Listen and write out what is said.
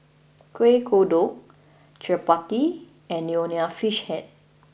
Kuih Kodok Chappati and Nonya Fish Head